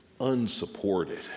unsupported